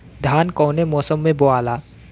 धान कौने मौसम मे बोआला?